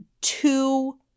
two